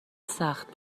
سخت